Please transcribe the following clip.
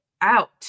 out